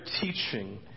teaching